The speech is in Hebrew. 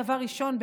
דבר ראשון,